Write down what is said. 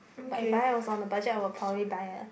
but if I was on a budget I would probably buy a